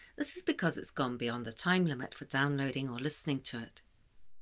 this is because it's gone beyond the time limit for downloading or listening to it.